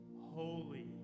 holy